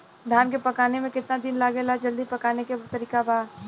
धान के पकने में केतना दिन लागेला जल्दी पकाने के तरीका बा?